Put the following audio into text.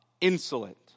insolent